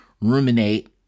ruminate